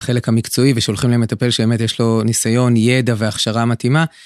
חלק המקצועי ושולחים להם מטפל שבאמת יש לו ניסיון, ידע והכשרה מתאימה.